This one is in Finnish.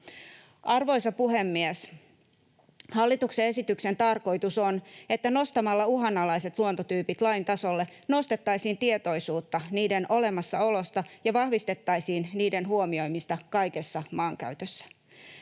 Arvoisa puhemies! Hallituksen esityksen tarkoitus on, että nostamalla uhanalaiset luontotyypit lain tasolle nostettaisiin tietoisuutta niiden olemassaolosta ja vahvistettaisiin niiden huomioimista kaikessa maankäytössä.